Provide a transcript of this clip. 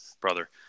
brother